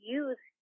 use